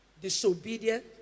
disobedient